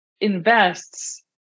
invests